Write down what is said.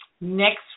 next